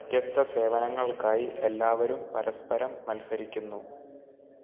വ്യത്യസ്ത സേവനങ്ങൾക്കായി എല്ലാവരും പരസ്പരം മത്സരിക്കുന്നു